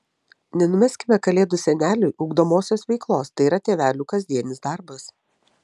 nenumeskime kalėdų seneliui ugdomosios veiklos tai yra tėvelių kasdienis darbas